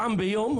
פעם ביום,